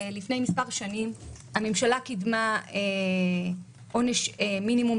לפני מספר שנים הממשלה קידמה עונש מינימום